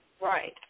Right